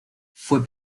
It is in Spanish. fue